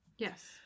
Yes